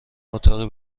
اتاقی